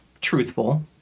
truthful